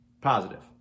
positive